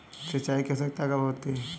सिंचाई की आवश्यकता कब होती है?